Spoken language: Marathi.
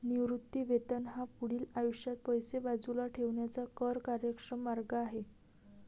निवृत्ती वेतन हा पुढील आयुष्यात पैसे बाजूला ठेवण्याचा कर कार्यक्षम मार्ग आहे